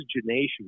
oxygenation